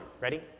Ready